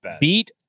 beat